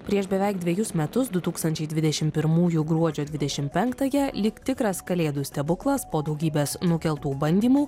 prieš beveik dvejus metus du tūkstančiai dvidešim pirmųjų gruodžio dvidešim penktąją lyg tikras kalėdų stebuklas po daugybės nukeltų bandymų